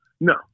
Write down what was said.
No